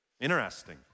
Interesting